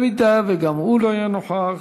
אם גם הוא לא יהיה נוכח,